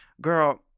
girl